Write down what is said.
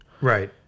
right